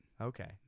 Okay